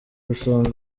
isonga